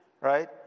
Right